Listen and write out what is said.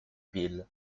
bill